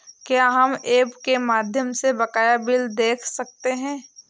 क्या हम ऐप के माध्यम से बकाया बिल देख सकते हैं?